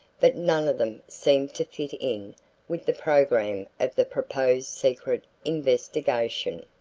but none of them seemed to fit in with the program of the proposed secret investigation.